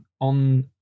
on